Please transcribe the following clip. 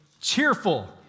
cheerful